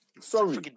sorry